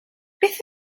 beth